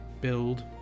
build